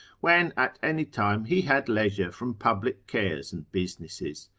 when at any time he had leisure from public cares and businesses.